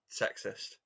sexist